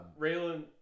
Raylan